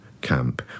camp